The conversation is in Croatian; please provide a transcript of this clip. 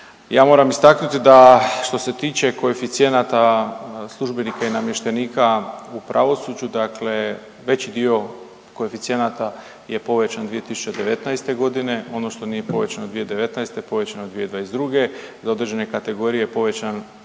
Ja moram istaknuti da, što se tiče koeficijenata službenika i namještenika u pravosuđu, dakle veći dio koeficijenata je povećan 2019. g., ono što nije povećano 2019., povećano je 2022. do određene kategorije povećan,